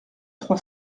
trois